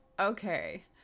Okay